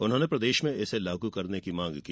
उन्होंने प्रदेश में इसे लागू करने की मांग की